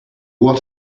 what